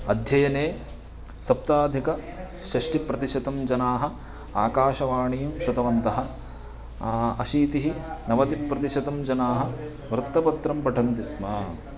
अध्ययने सप्ताधिकषष्टिप्रतिशतं जनाः आकाशवाणीं शृतवन्तः अशीतिः नवतिप्रतिशतं जनाः वृत्तपत्रं पठन्ति स्म